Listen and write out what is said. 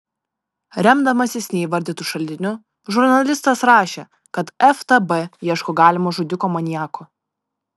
remdamasis neįvardytu šaltiniu žurnalistas rašė kad ftb ieško galimo žudiko maniako